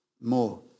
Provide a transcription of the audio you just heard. more